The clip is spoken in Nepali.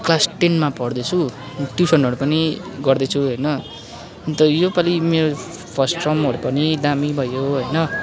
क्लास टेनमा पढ्दैछु ट्युसनहरू पनि गर्दैछु होइन अन्त यो पालि मेरो फर्स्ट टर्महरू पनि दामी भयो होइन